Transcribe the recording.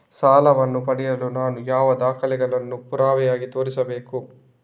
ಸಾಲವನ್ನು ಪಡೆಯಲು ನಾನು ಯಾವ ದಾಖಲೆಗಳನ್ನು ಪುರಾವೆಯಾಗಿ ತೋರಿಸಬೇಕು?